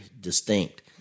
distinct